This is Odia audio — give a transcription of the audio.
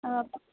ଆଉ ଆପଣ